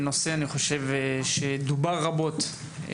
נושא שדובר בו רבות ובין השאר: